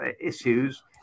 issues